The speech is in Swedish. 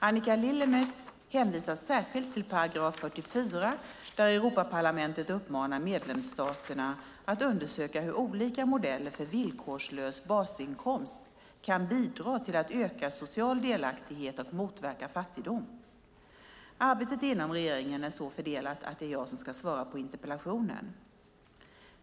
Annika Lillemets hänvisar särskilt till 44 § där Europaparlamentet uppmanar medlemsstaterna att undersöka hur olika modeller för villkorslös basinkomst kan bidra till att öka social delaktighet och motverka fattigdom. Arbetet inom regeringen är så fördelat att det är jag som ska svara på interpellationen.